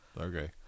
Okay